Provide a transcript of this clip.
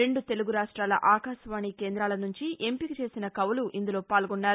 రెండు తెలుగు రాష్ట్రాల ఆకాశవాణి కేంద్రాలనుంచి ఎంపిక చేసిన కవులు ఇందులో పాల్గొన్నారు